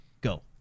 Go